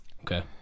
Okay